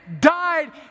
died